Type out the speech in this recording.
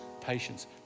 patience